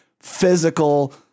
physical